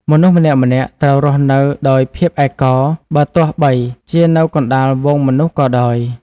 មនុស្សម្នាក់ៗត្រូវរស់នៅដោយភាពឯកោ បើទោះបីជានៅកណ្តាលហ្វូងមនុស្សក៏ដោយ។